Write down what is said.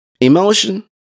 emotion